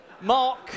Mark